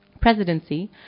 presidency